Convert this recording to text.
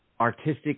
artistic